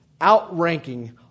outranking